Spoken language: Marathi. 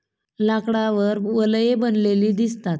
लाकडावर वलये बनलेली दिसतात